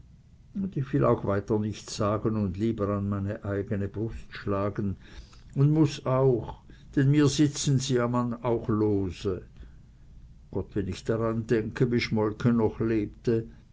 un ich will auch weiter nichts sagen un lieber an meine eigne brust schlagen un muß auch denn mir sitzen sie auch man lose gott wenn ich daran denke wie schmolke noch lebte